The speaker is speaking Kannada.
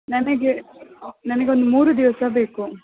ನನಗೆ ನನಗೊಂದು ಮೂರು ದಿವಸ ಬೇಕು